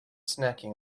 snacking